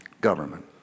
government